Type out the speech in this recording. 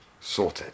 Sorted